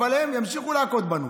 אבל הם ימשיכו להכות בנו.